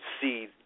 see